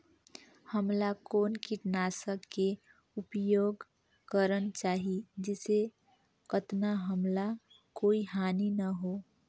हमला कौन किटनाशक के उपयोग करन चाही जिसे कतना हमला कोई हानि न हो?